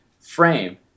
frame